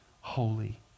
holy